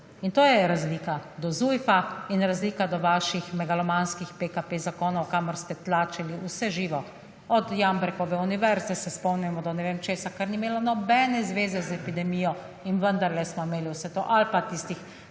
in to je razlika do ZUJIF-a in razlika do vaših megalomanskih PKP zakonov, kamor ste tlačili vse živo od Jambrekove univerze se spomnimo do ne vem česa, kar ni imelo nobene zveze z epidemijo in vendarle smo imeli vse to ali pa tistih